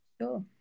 Sure